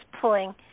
pulling